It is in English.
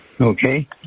okay